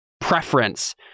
preference